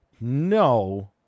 no